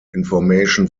information